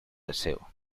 deseo